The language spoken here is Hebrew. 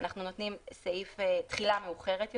אנחנו נותנים תחילה מאוחרת יותר,